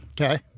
Okay